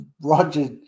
Roger